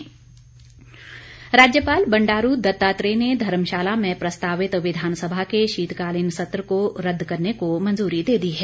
अधिसूचना राज्यपाल बंडारू दत्तात्रेय ने धर्मशाला में प्रस्तावित विधानसभा के शीतकालीन सत्र को रद्द करने को मंजूरी दे दी है